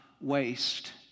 waste